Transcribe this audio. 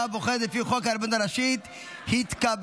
הבוחרת לפי חוק הרבנות הראשית נתקבלה.